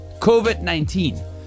COVID-19